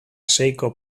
seiko